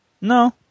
No